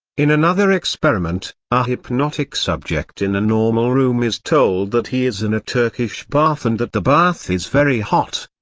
in another experiment, a hypnotic subject in a normal room is told that he is in a turkish bath and that the bath is very hot.